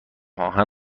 آهن